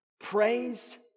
Praise